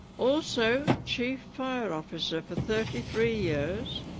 also chief fire officer for thirty three years.